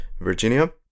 Virginia